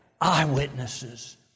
Eyewitnesses